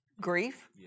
Grief